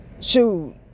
Shoot